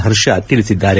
ಹರ್ಷ ತಿಳಿಸಿದ್ದಾರೆ